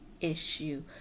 issue